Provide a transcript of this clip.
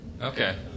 Okay